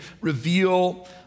reveal